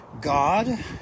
God